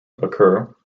occur